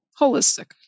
holistic